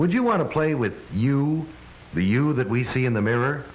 would you want to play with you the you that we see in the mirror